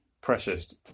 precious